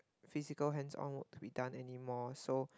physical hands on work to be done anymore so